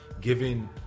giving